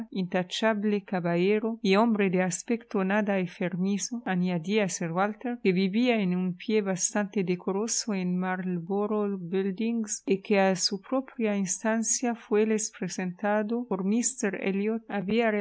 intachable caballero y hombre de aspecto nada enfermizo añadía sir walter que vivía en un pie bastante decoroso en marlborough buildings y que a su propia instancia fuéles presentado por